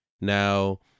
Now